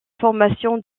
formation